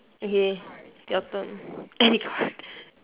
okay your turn any card